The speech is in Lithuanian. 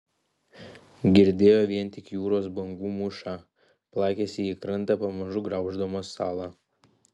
girdėjo vien tik jūros bangų mūšą plakėsi į krantą pamažu grauždamos salą